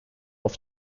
auf